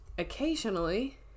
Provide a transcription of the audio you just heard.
occasionally